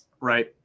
Right